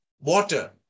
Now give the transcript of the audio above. water